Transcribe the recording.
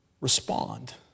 respond